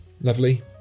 Lovely